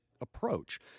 approach